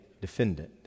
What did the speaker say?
defendant